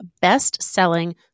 best-selling